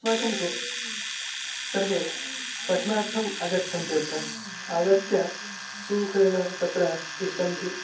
अस्माकं तु सर्वे पठनार्थम् आगच्छन्ति अत्र आगत्य सुखेन तत्र तिष्ठन्ति